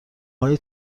های